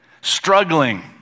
struggling